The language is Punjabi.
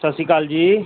ਸਤਿ ਸ਼੍ਰੀ ਅਕਾਲ ਜੀ